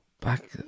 back